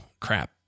Crap